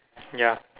ya